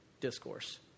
discourse